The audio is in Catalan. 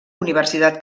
universitat